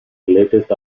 latest